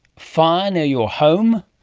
fire near your home?